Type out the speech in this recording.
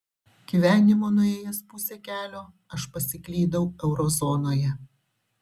gyvenimo nuėjęs pusę kelio aš pasiklydau eurozonoje